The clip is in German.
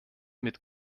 mit